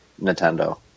Nintendo